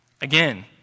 Again